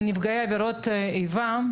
חוק נפגעי עבירות איבה,